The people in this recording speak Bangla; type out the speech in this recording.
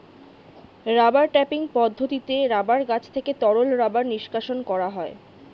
রাবার ট্যাপিং পদ্ধতিতে রাবার গাছ থেকে তরল রাবার নিষ্কাশণ করা হয়